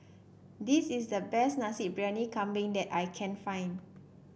this is the best Nasi Briyani Kambing that I can find